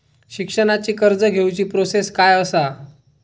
शिक्षणाची कर्ज घेऊची प्रोसेस काय असा?